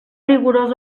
rigorós